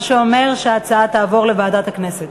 מה שאומר שההצעה תעבור לוועדת הכנסת.